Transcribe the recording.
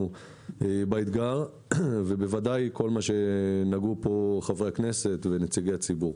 מאתגרת עבורנו ובוודאי כל מה שנגעו בו חברי הכנסת ונציגי הציבור.